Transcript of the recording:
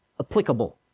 applicable